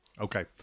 Okay